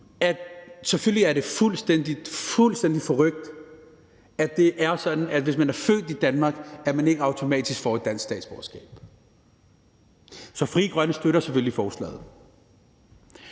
Selvfølgelig er det fuldstændig forrykt, at det er sådan, hvis man er født i Danmark, at man ikke automatisk får et dansk statsborgerskab. Så Frie Grønne støtter selvfølgelig forslaget.